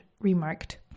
remarked